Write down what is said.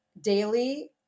daily